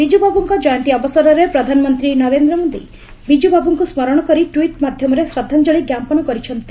ବିଜୁବାବୁଙ୍କ ଜୟନ୍ତୀ ଅବସରରେ ପ୍ରଧାନମନ୍ତ୍ରୀ ନରେନ୍ଦ୍ର ମୋଦି ବିଜୁବାବୁଙ୍କୁ ସ୍କରଣ କରି ଟ୍ୱିଟ୍ ମାଧ୍ୟମରେ ଶ୍ରଦ୍ଧାଞ୍ଜଳି ଜ୍ଞାପନ କରିଛନ୍ତି